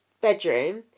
bedroom